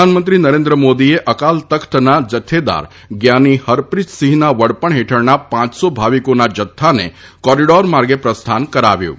પ્રધાનમંત્રી નરેન્દ્ર મોદીએ અકાલ તખ્તના જથ્થેદાર ગ્યાની હરપ્રિતસિંહના વડપણ હેઠળના પાંચસો ભાવિકોના જથ્થાને કોરીડોર માર્ગે પ્રસ્થાન કરાવ્યું હતું